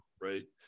right